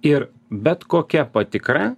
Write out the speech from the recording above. ir bet kokia patikra